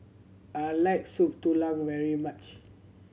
I like Soup Tulang very much